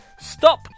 Stop